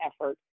effort